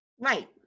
Right